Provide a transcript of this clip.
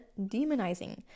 demonizing